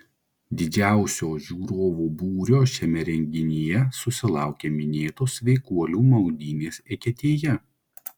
didžiausio žiūrovų būrio šiame renginyje susilaukė minėtos sveikuolių maudynės eketėje